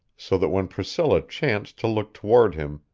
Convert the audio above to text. so that when priscilla chanced to look toward him,